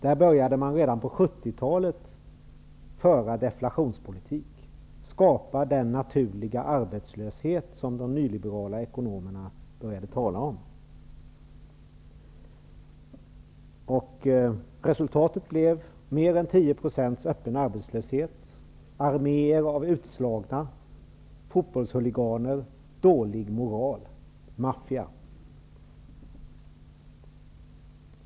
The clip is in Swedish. Där börjde man redan på 70-talet föra deflationspolitik, skapa den naturliga arbetslöshet som de nyliberala ekonomerna började tala om. Resultatet blev mer än 10 % öppen arbetslöshet, arméer av utslagna, fotbollshuliganer, dålig moral, maffia.